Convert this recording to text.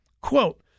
quote